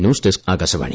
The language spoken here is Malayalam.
news desk Akashvani